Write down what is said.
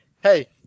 Hey